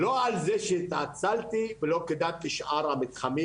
לא על זה שהתעצלתי ולא קידמתי את שאר המתחמים.